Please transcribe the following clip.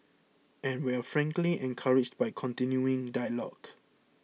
and we're frankly encouraged by the continuing dialogue